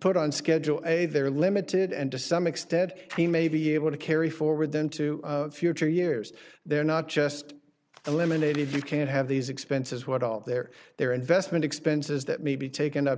put on schedule a they're limited and to some extent he may be able to carry forward them to future years they're not just eliminated you can't have these expenses what all their their investment expenses that may be taken up